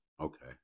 Okay